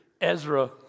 Ezra